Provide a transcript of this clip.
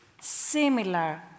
similar